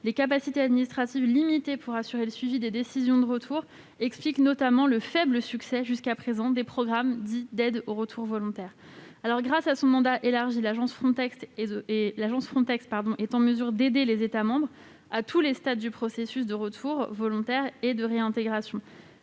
les capacités administratives limitées pour assurer le suivi des décisions de retour, expliquent notamment le faible succès des programmes d'aide au retour volontaire jusqu'à présent. Grâce à son mandat élargi, l'agence Frontex est en mesure d'aider les États membres à tous les stades du processus de retour volontaire et de réintégration.